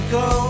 go